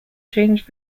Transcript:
changed